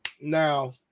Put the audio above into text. now